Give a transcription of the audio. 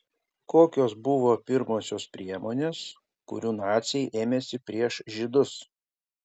kokios buvo pirmosios priemonės kurių naciai ėmėsi prieš žydus